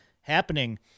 happening